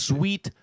Sweet